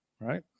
right